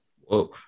Whoa